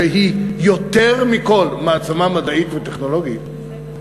שהיא יותר מכול מעצמה מדעית וטכנולוגית,